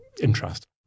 interest